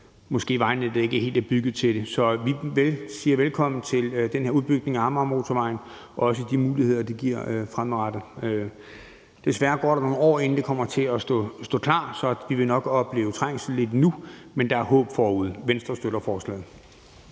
måske ikke helt er bygget til det. Så vi siger velkommen til den her udbygning af Amagermotorvejen og også de muligheder, det giver fremadrettet. Desværre går der nogle år, inden det kommer til at stå klar, så vi vil nok opleve trængsel lidt endnu, men der er håb forude. Venstre støtter forslaget.